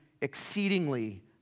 exceedingly